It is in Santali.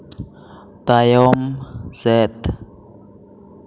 ᱛᱟᱭᱚᱢ ᱥᱮᱫᱽ